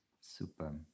Super